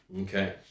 Okay